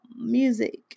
music